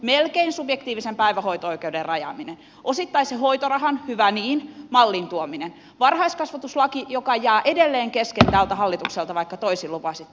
melkein subjektiivisen päivähoito oikeuden rajaaminen osittaisen hoitorahan hyvä niin mallin tuominen varhaiskasvatuslaki joka jää edelleen kesken tältä hallitukselta vaikka toisin lupasitte